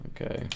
Okay